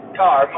car